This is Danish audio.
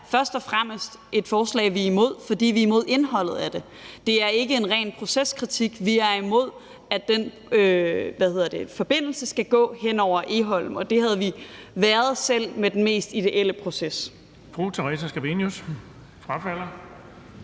først og fremmest et forslag, vi er imod, fordi vi er imod indholdet af det. Det er ikke en ren proceskritik. Vi er imod, at den forbindelse skal gå hen over Egholm, og det havde vi været selv med den mest ideelle proces.